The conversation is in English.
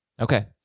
Okay